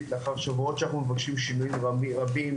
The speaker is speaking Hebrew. לאחר שבועות שאנחנו מבקשים שינוי מרבים.